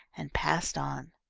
and passed on.